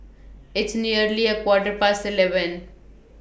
its nearly A Quarter Past eleven